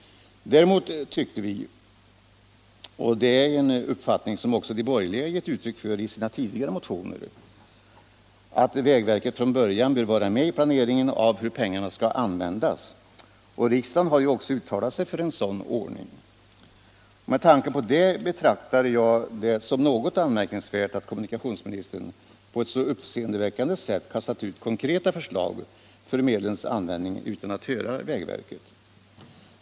Däremot tyckte vi — och det är en åsikt som också de borgerliga har givit uttryck för i sina tidigare motioner — att vägverket från början bör vara med i planeringen av hur pengarna skall användas. Riksdagen har även uttalat sig för en sådan ordning. Med tanke på detta betraktar jag det som något anmärkningsvärt att kommunikationsministern på ett så uppseendeväckande sätt har kastat ut konkreta förslag för medlens användning utan att höra vägverket.